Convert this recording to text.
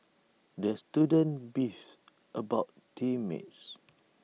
the student beefed about team mates